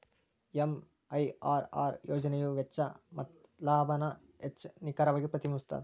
MIRR ಯೋಜನೆಯ ವೆಚ್ಚ ಮತ್ತ ಲಾಭಾನ ಹೆಚ್ಚ್ ನಿಖರವಾಗಿ ಪ್ರತಿಬಿಂಬಸ್ತ